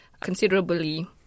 considerably